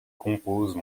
composent